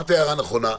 אמרת הערה נכונה,